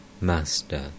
Master